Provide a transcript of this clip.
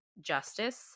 justice